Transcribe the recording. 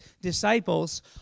disciples